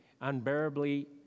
unbearably